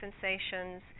sensations